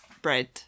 bread